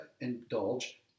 indulge